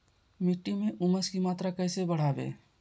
मिट्टी में ऊमस की मात्रा कैसे बदाबे?